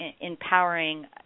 empowering